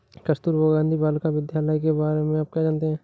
कस्तूरबा गांधी बालिका विद्यालय के बारे में आप क्या जानते हैं?